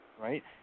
right